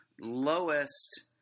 lowest